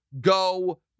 go